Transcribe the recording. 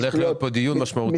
עומד להיות כאן דיון משמעותי.